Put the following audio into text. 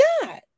God